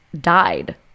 died